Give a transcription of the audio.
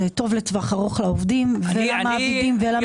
לעובדים זה טוב לטווח הארוך וזה טוב למעבידים ומשק.